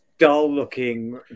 Dull-looking